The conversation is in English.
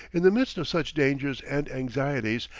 in the midst of such dangers and anxieties,